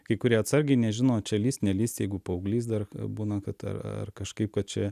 kai kurie atsargiai nežino čia lįst nelįst jeigu paauglys dar būna kad ar ar kažkaip kad čia